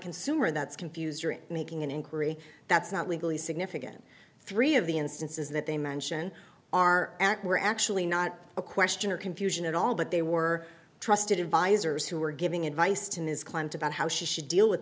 consumer that's confused or making an inquiry that's not legally significant three of the instances that they mention are were actually not a question or confusion at all but they were trusted advisors who were giving advice to his client about how she should deal with